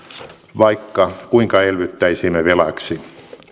vaikka kuinka elvyttäisimme velaksi